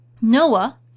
Noah